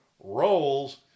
rolls